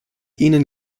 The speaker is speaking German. ihnen